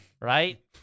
right